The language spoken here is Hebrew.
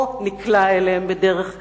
או נקלע אליהם כגזירת גורל,